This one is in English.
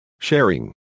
Sharing